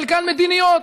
חלקן מדיניות.